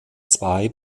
zwei